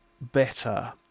better